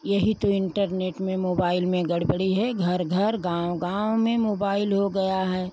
यही तो internet mobile में गड़बड़ी है घर घर गाँव गाँव में मोबाइल हो गया है